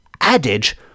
adage